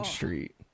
Street